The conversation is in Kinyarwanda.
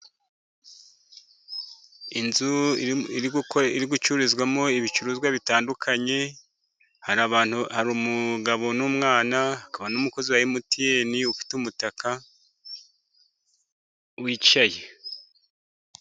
Inzu iri gucururizwamo ibicuruzwa bitandukanye, hari abantu hari umugabo n'umwana hakaba n'umukozi wa Emutiyeni ufite umutaka wicaye.